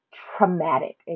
traumatic